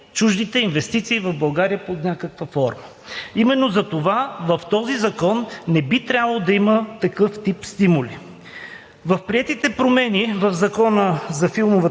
чуждите инвестиции в България под някаква форма. Именно затова в този закон не би трябвало да има такъв тип стимули. В приетите промени в Закона за филмовата